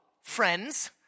friends